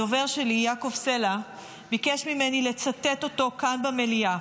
הדובר שלי יעקב סלע ביקש ממני לצטט אותו כאן במליאה,